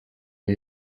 aho